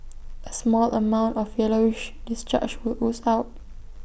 A small amount of yellowish discharge would ooze out